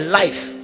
life